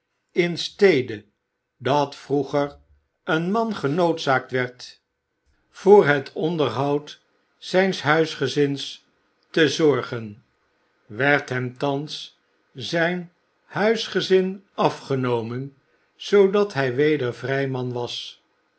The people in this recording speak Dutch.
in stede dat vroeger een man genoodzaakt werd voor het onderhoud zijns huisgezins te zorgen werd hem thans zijn huisgezin afgenomen zoodat hij weder vrij man was